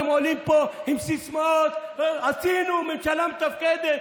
אתם עולים פה עם סיסמאות: עשינו, ממשלה מתפקדת.